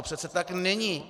To přece tak není.